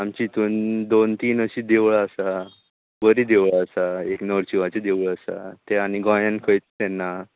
आमच्या हितून दोन तीन अशीं देवळां आसा बरीं देवळां आसा एक नरशिंवाचें देवूळ आसा तें आनी गोंयान खंयत ना